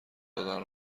دادن